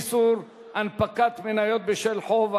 איסור הנפקת מניות בשל חוב),